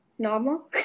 Normal